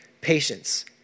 patience